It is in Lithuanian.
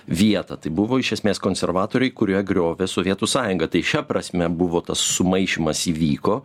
vietą tai buvo iš esmės konservatoriai kurie griovė sovietų sąjungą tai šia prasme buvo tas sumaišymas įvyko